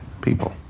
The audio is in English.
people